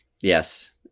Yes